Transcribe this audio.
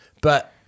But-